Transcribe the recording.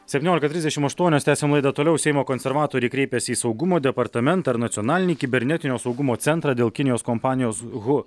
septyniolika trisdešim aštuonios tęsiam laidą toliau seimo konservatoriai kreipėsi į saugumo departamentą ir nacionalinį kibernetinio saugumo centrą dėl kinijos kompanijos hu